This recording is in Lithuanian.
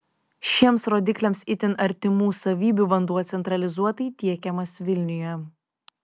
šiems rodikliams itin artimų savybių vanduo centralizuotai tiekiamas vilniuje